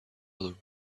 other